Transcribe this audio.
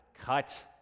cut